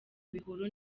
bihuru